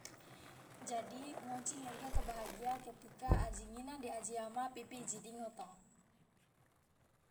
jadi ngoji nege to bahagia ketika aji ngina de aji ama pipi iji dingoto.